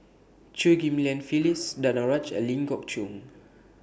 Chew Ghim Lian Phyllis Danaraj and Ling Geok Choon